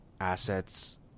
assets